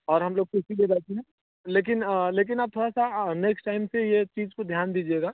और हम लोग तो इसलिए बैठे हैं लेकिन लेकिन आप थोड़ा सा नेक्स्ट टाइम से यह चीज़ को ध्यान दीजिएगा